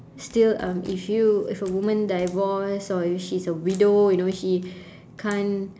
still um if you if a woman divorce or if she's a widow you know she can't